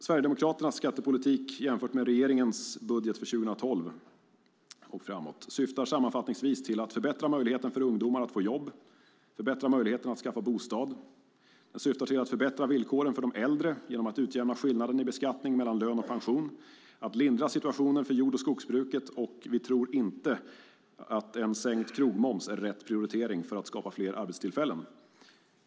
Sverigedemokraternas skattepolitik jämfört med regeringens budget för 2012 och framåt syftar sammanfattningsvis till att förbättra möjligheten för ungdomar att få jobb, förbättra möjligheten att skaffa bostad och förbättra villkoren för de äldre genom att utjämna skillnaden i beskattning mellan lön och pension. Den syftar till att lindra situationen för jord och skogsbruket. Vi tror inte att en sänkt krogmoms är rätt prioritering för att skapa fler arbetstillfällen.